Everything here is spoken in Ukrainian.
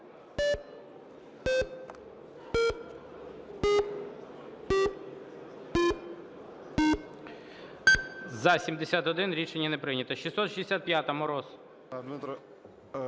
За-61 Рішення не прийнято.